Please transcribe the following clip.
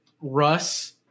Russ